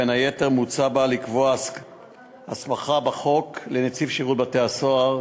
בין היתר מוצע בה לקבוע הסמכה בחוק לנציב שירות בתי-הסוהר